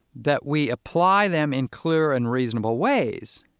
that we apply them in clear and reasonable ways.